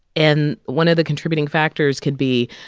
and one of the contributing factors could be,